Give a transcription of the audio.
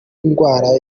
indwara